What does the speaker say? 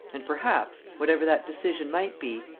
and perhaps, whatever that decision might be,